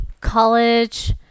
college